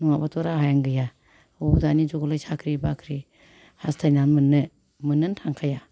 नङाबाथ' राहायानो गैया बबाव दानि जुगआवलाय साख्रि बाख्रि हास्थायनानै मोननो मोननोनो थांखाया